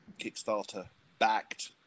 Kickstarter-backed